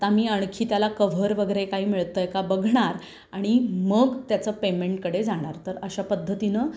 तर आम्ही अणखी त्याला कव्हर वगैरे काही मिळतं आहे का बघणार आणि मग त्याचं पेमेंटकडे जाणार तर अशा पद्धतीनं